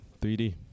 3d